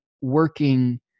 working